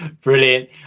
Brilliant